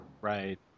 Right